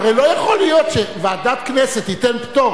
הרי לא יכול להיות שוועדת הכנסת תיתן פטור